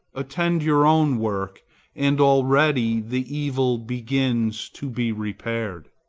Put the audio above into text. attend your own work and already the evil begins to be repaired.